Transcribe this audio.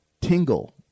tingle